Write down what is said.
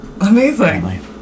Amazing